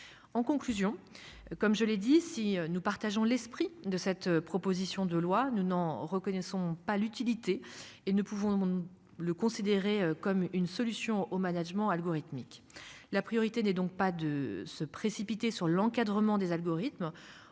En conclusion, comme je l'ai dit si nous partageons l'esprit de cette proposition de loi nous Noonan reconnaissons pas l'utilité et ne pouvons-nous le considérer comme une solution au management algorithmique. La priorité n'est donc pas de se précipiter sur l'encadrement des algorithmes,